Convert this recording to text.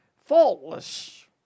faultless